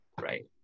Right